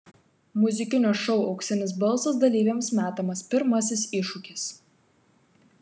muzikinio šou auksinis balsas dalyviams metamas pirmasis iššūkis